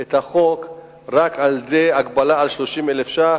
את החוק רק על-ידי הגבלה על 30,000 ש"ח,